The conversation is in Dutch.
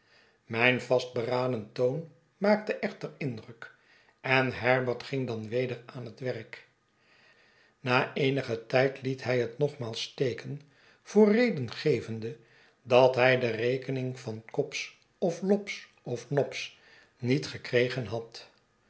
mijn vastberaden toon maakte echter indruk en herbert ging dan weder aan het werk na eenigen tijd liet hij het nogmaals steken voor reden gevende dat hy de rekening vancobbs of lobbs of nobbs niet gekregen had